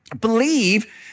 Believe